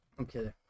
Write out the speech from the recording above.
Okay